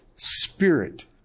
Spirit